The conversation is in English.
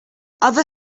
other